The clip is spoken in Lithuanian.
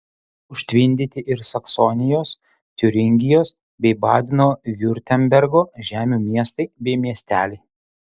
užtvindyti ir saksonijos tiuringijos bei badeno viurtembergo žemių miestai bei miesteliai